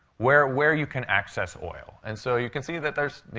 where where you can access oil. and so you can see that there's you